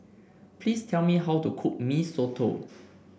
please tell me how to cook Mee Soto